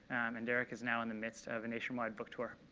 and derek is now in the midst of a nationwide book tour.